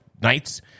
nights